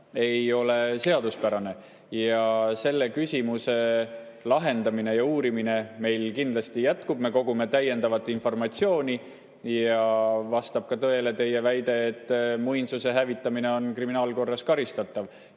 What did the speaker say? ei ole seaduspärane. Ja selle küsimuse lahendamine ja uurimine meil kindlasti jätkub. Me kogume täiendavat informatsiooni. Ja vastab ka tõele teie väide, et muinsuse hävitamine on kriminaalkorras karistatav.